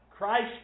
Christ